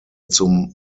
zum